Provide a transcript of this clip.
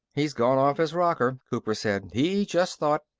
he's gone off his rocker cooper said. he just thought.